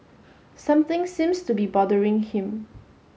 something seems to be bothering him